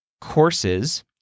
courses